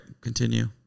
continue